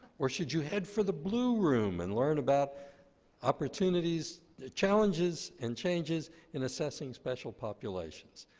or should you head for the blue room and learn about opportunities, challenges, and changes in assessing special populations.